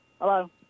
Hello